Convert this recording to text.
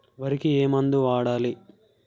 వరికి ఏ మందు వాడాలి?